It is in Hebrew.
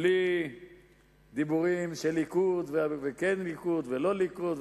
בלי דיבורים של כן ליכוד ולא ליכוד,